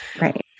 Right